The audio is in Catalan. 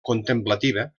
contemplativa